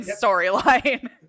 storyline